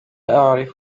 أعرف